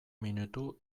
minutu